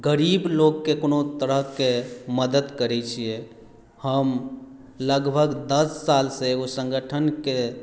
गरीब लोककेँ कोनो तरहके मदद करै छियै हम लगभग दस साल से एगो संगठनके